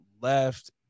left